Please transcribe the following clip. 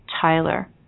Tyler